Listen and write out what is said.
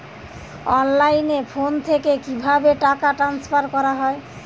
অনলাইনে ফোন থেকে কিভাবে টাকা ট্রান্সফার করা হয়?